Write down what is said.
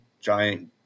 giant